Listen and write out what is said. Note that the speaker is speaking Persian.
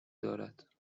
دارد